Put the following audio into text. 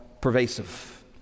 pervasive